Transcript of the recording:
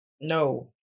No